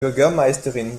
bürgermeisterin